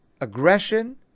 aggression